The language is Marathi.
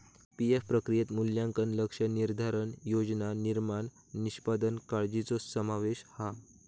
पी.एफ प्रक्रियेत मूल्यांकन, लक्ष्य निर्धारण, योजना निर्माण, निष्पादन काळ्जीचो समावेश हा